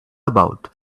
about